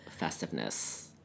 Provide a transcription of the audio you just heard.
festiveness